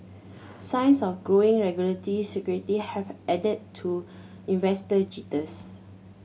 signs of growing regulatory scrutiny have added to investor jitters